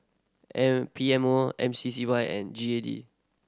M P M O M C C Y and G A D